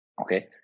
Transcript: Okay